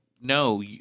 no